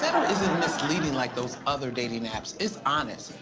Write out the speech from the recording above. isn't misleading like those other dating apps. it's honest.